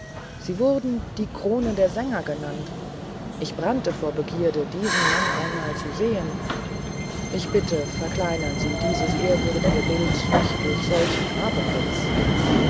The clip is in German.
sie wurden die krone der sänger genannt ich brannte vor begierde diesen mann einmal zu sehen ich bitte verkleinern sie dieses ehrwürdige bild nicht durch solchen aberwitz